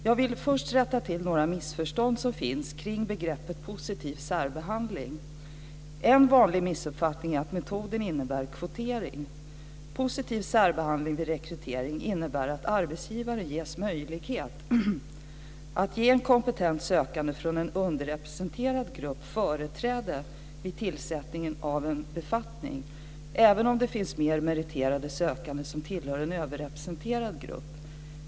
Jag vill först rätta till några missförstånd som finns kring begreppet positiv särbehandling. En vanlig missuppfattning är att metoden innebär kvotering. Positiv särbehandling vid rekrytering innebär att arbetsgivaren ges möjlighet att ge en kompetent sökande från en underrepresenterad grupp företräde vid tillsättning av en befattning, även om det finns mer meriterade sökande som tillhör en överrepresenterad grupp.